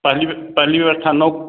पहली व्य पहली व्यवस्था नौ